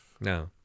No